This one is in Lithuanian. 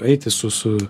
eiti su su